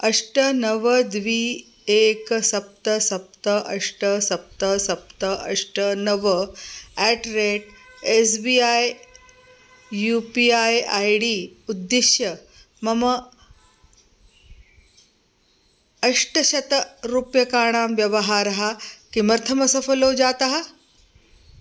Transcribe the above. अष्ट नव एकं सप्त सप्त अष्ट सप्त सप्त अष्ट नव at rate S B I U P I I D उद्दिश्य मम अष्टशतरूप्यकाणां व्यवहारः किमर्थमसफलो जातः